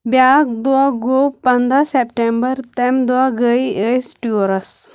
بیٛاکھ دۄہ گوٚو پنٛدَہ سیٚپٹمبر تَمہِ دۄہ گٔے أسۍ ٹیوٗرس